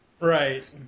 Right